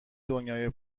دنیای